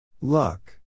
Luck